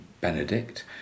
benedict